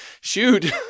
shoot